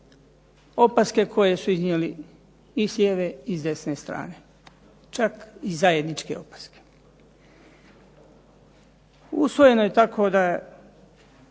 Opaske koje su iznijeli i s lijeve i s desne strane, čak i zajedničke opaske. Usvojeno je tako da